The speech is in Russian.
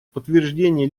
подтверждение